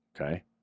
okay